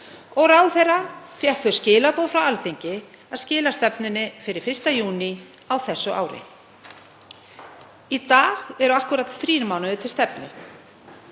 Ráðherra fékk þau skilaboð frá Alþingi að skila stefnunni fyrir 1. júní á þessu ári. Í dag eru akkúrat fjórir mánuðir til stefnu.